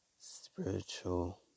spiritual